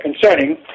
concerning